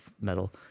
metal